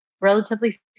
relatively